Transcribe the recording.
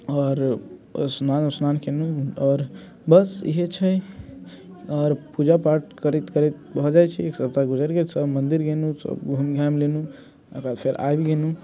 आओर स्नान उस्नान कयलहुँ आओर बस इहे छै आओर पूजापाठ करैत करैत भऽ जाइत छै एक सप्ताह गुजरि गेल सब मन्दिर गेलहुँ सब घुमि लेलहुँ ओकर बाद फेर आबि गेलहुँ